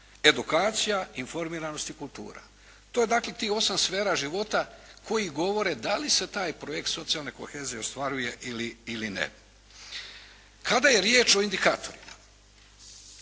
edukacija, informiranost i kultura. To je dakle tih 8 sfera života koji govore da li se taj projekt socijalne kohezije ostvaruje ili ne. Kada je riječ o indikatorima,